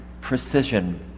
precision